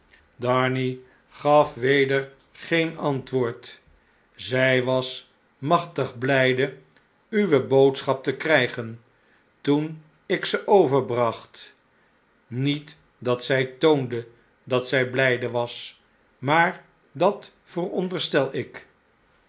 darnay gaf weder geen antwoord zy was machtig bljjde uwe boodschap te krjjgen toen ik ze overbracht niet dat zy toonde dat zjj bljjde was maar dat vooronderstel ik